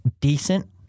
decent